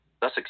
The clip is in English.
thus